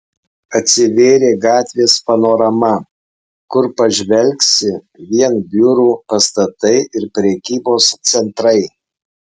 atsivėrė gatvės panorama kur pažvelgsi vien biurų pastatai ir prekybos centrai